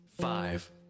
five